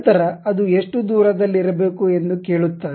ನಂತರ ಅದು ಎಷ್ಟು ದೂರದಲ್ಲಿ ಬೇಕು ಎಂದು ಕೇಳುತ್ತದೆ